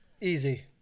Easy